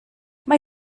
mae